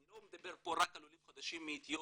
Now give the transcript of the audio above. אני לא מדבר רק על עולים חדשים מאתיופיה,